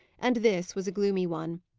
and this was a gloomy one.